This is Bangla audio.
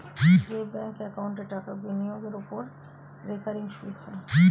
যে ব্যাঙ্ক একাউন্টে টাকা বিনিয়োগের ওপর রেকারিং সুদ হয়